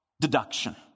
deduction